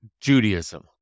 Judaism